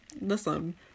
Listen